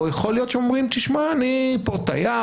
או יכול להיות שהם אומרים: אני פה תייר,